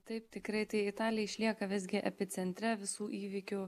taip tikrai tai italija išlieka visgi epicentre visų įvykių